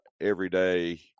everyday